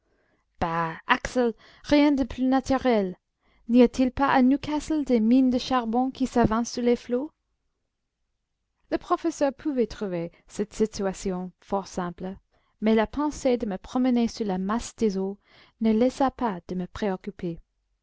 axel rien de plus naturel n'y a-t-il pas à newcastle des mines de charbon qui s'avancent sous les flots le professeur pouvait trouver cette situation fort simple mais la pensée de me promener sous la masse des eaux ne laissa pas de me préoccuper